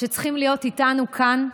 שצריכים להיות איתנו כאן,